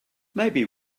maybe